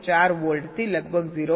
4 વોલ્ટથી લગભગ 0